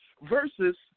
Versus